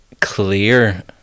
clear